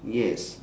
yes